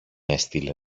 έστειλε